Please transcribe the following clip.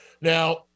Now